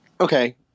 Okay